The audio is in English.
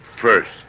first